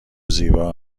زیبا